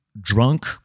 drunk